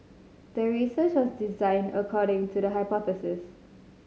the research was designed according to the hypothesis